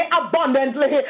abundantly